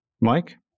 Mike